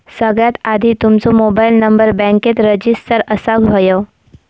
सगळ्यात आधी तुमचो मोबाईल नंबर बॅन्केत रजिस्टर असाक व्हयो